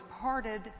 parted